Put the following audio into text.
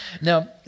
now